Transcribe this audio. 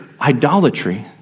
idolatry